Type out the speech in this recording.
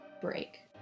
break